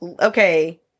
Okay